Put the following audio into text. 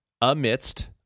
amidst